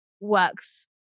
works